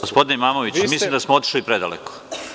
Gospodine Imamoviću, mislim da smo otišli predaleko.